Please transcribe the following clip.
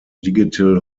digital